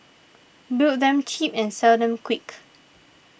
build them cheap and sell them quick